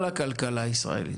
כל הכלכלה הישראלית?